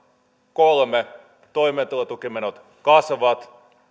kolme toimeentulotukimenot kasvavat